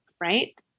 right